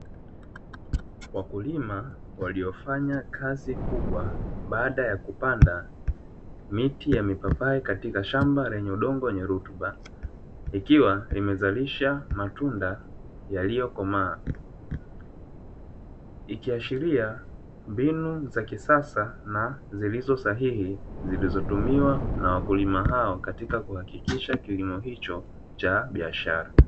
Wakulima waliofanya kazi kubwa baada ya kupanda miti ya mipapai katika shamba lenye udongo wenye rutuba ikiwa limezalisha matunda yaliyokomaa, ikiashiria mbinu za kisasa na zilizosahihi zilizotumiwa na wakulima hao katika kuhakikisha kilimo hicho cha biashara.